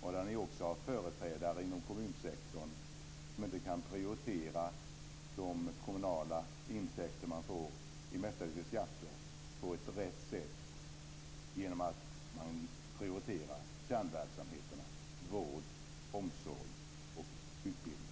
Socialdemokraternas företrädare inom kommunsektorn kan inte prioritera de kommunala intäkter de får, mestadels i skatter, på rätt sätt. De borde prioritera kärnverksamheterna vård, omsorg och utbildning.